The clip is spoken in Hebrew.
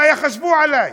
מה יחשבו עלי.